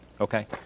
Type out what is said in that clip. Okay